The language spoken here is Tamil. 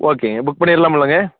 ஓகேங்க புக் பண்ணிடலாமுல்லங்க